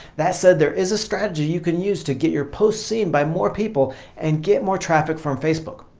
that said, there is a strategy you can use to get your posts seen by more people and get more traffic from facebook.